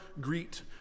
Greet